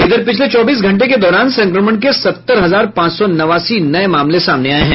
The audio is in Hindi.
इधर पिछले चौबीस घंटे के दौरान संक्रमण के सत्तर हजार पांच सौ नवासी नए मामले सामने आए हैं